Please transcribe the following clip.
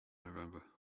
november